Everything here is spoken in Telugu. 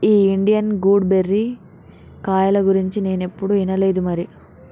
ఈ ఇండియన్ గూస్ బెర్రీ కాయల గురించి నేనేప్పుడు ఇనలేదు మరి